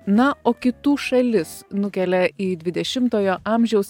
na o kitų šalis nukelia į dvidešimtojo amžiaus